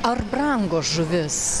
ar brango žuvis